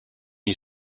you